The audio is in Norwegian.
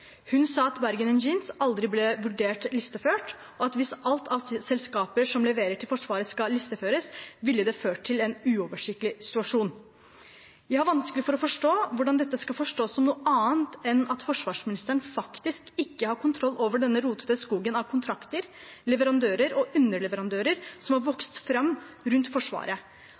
Hun sa at Bergen Engines aldri ble vurdert listeført, og at hvis alt av selskaper som leverer til Forsvaret, skal listeføres, ville det ført til en uoversiktlig situasjon. Jeg har vanskelig for å forstå hvordan dette skal forstås som noe annet enn at forsvarsministeren faktisk ikke har kontroll over denne rotete skogen av kontrakter, leverandører og underleverandører som har vokst fram rundt Forsvaret.